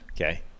okay